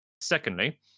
Secondly